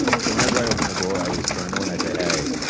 so whenever i open the door, i always turn to her and i say, hey,